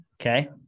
Okay